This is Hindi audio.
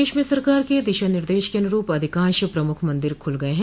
प्रदेश में सरकार के दिशा निर्देश के अनुरूप अधिकांश प्रमुख मंदिर खुल गए हैं